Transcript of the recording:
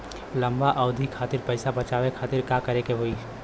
लंबा अवधि खातिर पैसा बचावे खातिर का करे के होयी?